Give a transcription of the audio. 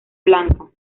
blanca